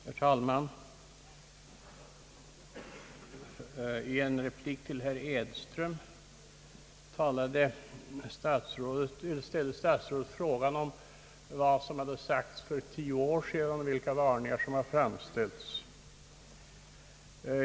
Herr talman! I en replik till herr Edström ställde statsrådet frågan om vad som hade sagts för tio år sedan och vilka varningar som då hade framställts.